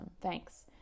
thanks